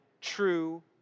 true